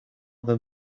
them